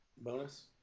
bonus